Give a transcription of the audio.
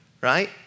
right